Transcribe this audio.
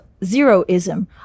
Zeroism